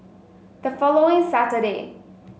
the following Saturday